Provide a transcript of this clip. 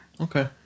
Okay